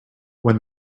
when